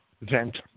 vent